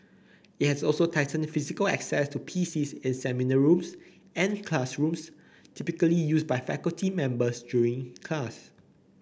it has also tightened physical access to P C S in seminar rooms and classrooms typically used by faculty members during class